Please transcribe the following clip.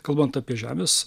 kalbant apie žemės